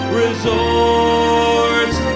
resorts